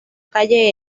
calle